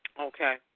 Okay